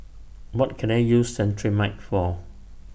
What Can I use Cetrimide For